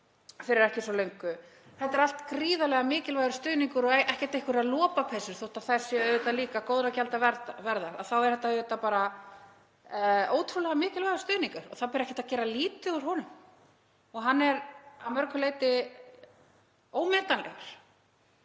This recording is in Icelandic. þetta er allt gríðarlega mikilvægur stuðningur og ekkert einhverjar lopapeysur þótt þær séu líka góðra gjalda verðar. Þetta er auðvitað bara ótrúlega mikilvægur stuðningur og það ber ekki að gera lítið úr honum. Hann er að mörgu leyti ómetanlegur